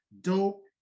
Dope